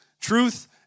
Truth